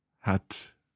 hat